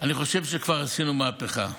אני חושב שכבר עשינו מהפכה.